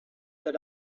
that